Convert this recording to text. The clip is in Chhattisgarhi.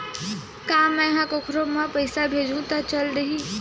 का मै ह कोखरो म पईसा भेजहु त चल देही?